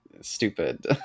stupid